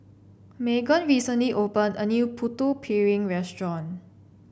Meaghan recently opened a new Putu Piring Restaurant